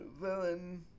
villain